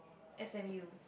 s_m_u